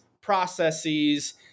processes